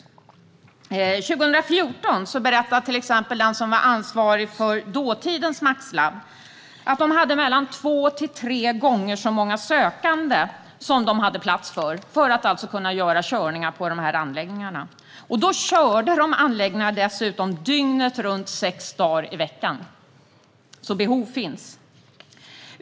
Förändring av ägarandelarna i en europeisk synkrotron-ljusanläggning År 2014 berättade till exempel den som ansvarade för dåtidens MAX-labb att man hade mellan två och tre gånger så många sökande som man hade plats för i anläggningarna. Och då körde man ändå anläggningarna dygnet runt sex dagar i veckan, så behov finns.